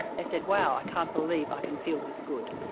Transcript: they said, well, i can't believe i can feel this good.